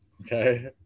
okay